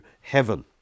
heaven